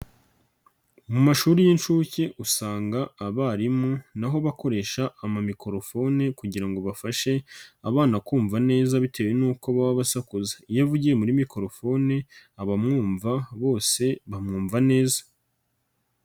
Mu mashuri y'inshuke usanga abarimu naho bakoresha amamikorofone, kugira ngo bafashe abana kumva neza bitewe nuko baba basakuza iyo avugiye muri mikorofone, abamwumva bose bamwumva neza.